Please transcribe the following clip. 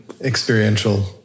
Experiential